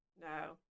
no